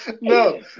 No